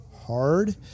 Hard